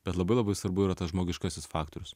bet labai labai svarbu yra tas žmogiškasis faktorius